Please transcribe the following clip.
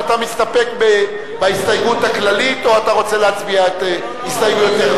אתה מסתפק בהסתייגות הכללית או רוצה להצביע את הסתייגויותיך?